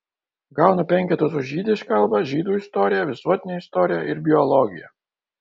gaunu penketus už jidiš kalbą žydų istoriją visuotinę istoriją ir biologiją